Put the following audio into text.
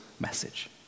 message